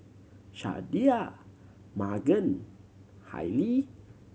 Shardae Magan Hailee